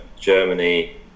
Germany